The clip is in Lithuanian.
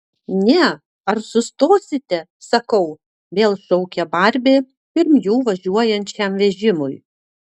ne ar sustosite sakau vėl šaukia barbė pirm jų važiuojančiam vežimui